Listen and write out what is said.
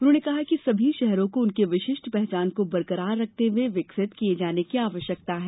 उन्होंने कहा कि सभी शहरों को उनकी विशिष्ट पहचान को बरकरार रखते हुए विकसित किये जाने की आवश्यकता है